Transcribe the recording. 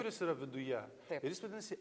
kuris yra viduje ir jis vadinasi